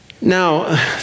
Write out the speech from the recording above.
Now